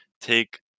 take